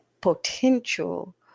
potential